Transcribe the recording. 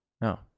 No